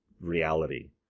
reality